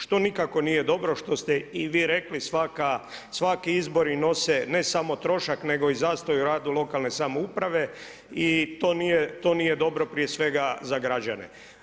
Što nikako nije dobro, što ste i vi rekli, svaki izbori nose ne samo trošak, nego i zastoj u radu lokalne samouprave i to nije dobro prije svega za građane.